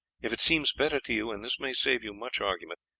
if it seems better to you, and this may save you much argument,